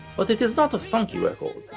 but it is not a funky record,